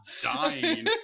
dying